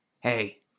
Hey